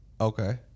Okay